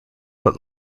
but